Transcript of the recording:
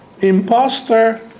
Imposter